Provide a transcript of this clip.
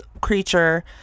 creature